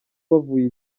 wavuye